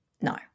no